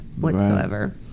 whatsoever